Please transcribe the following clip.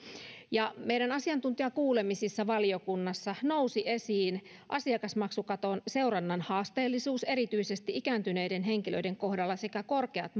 meidän asiantuntijakuulemisissa valiokunnassa nousi esiin asiakasmaksukaton seurannan haasteellisuus erityisesti ikääntyneiden henkilöiden kohdalla sekä korkeat